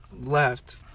left